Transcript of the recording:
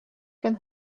can